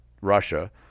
Russia